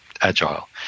agile